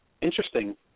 interesting